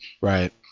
Right